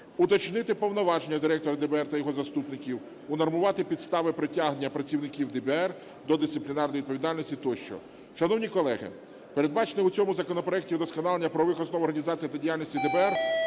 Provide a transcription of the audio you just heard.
уточнити повноваження директора ДБР та його заступників, унормувати підстави притягнення працівників ДБР до дисциплінарної відповідальності тощо. Шановні колеги, передбачене у цьому законопроекті удосконалення правових основ організації та діяльності ДБР,